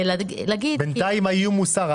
להבין מה אנחנו רוצים ולהתחיל לפעול.